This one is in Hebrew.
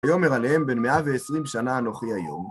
ויאמר אליהם בן 120 שנה אנוכי היום.